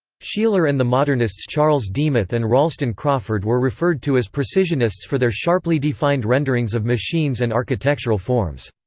sheeler and the modernists charles demuth and ralston crawford were referred to as precisionists for their sharply defined renderings of machines and architectural forms.